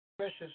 Precious